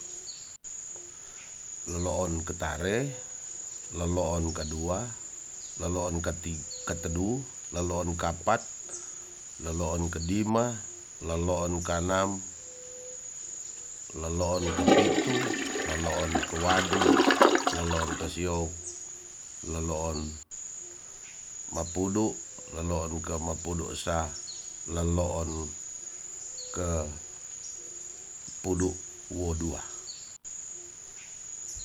Loon ketare leloon kadua leloon ke tedu leloon kapat leloon kedima leloon kanam leloon kepitu leloon ke wadu leoon ke sio leloon mapudu leloon ke mapudu sa leloon ke pudu wu dua.